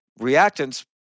reactants